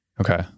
okay